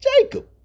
Jacob